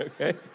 Okay